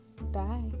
Bye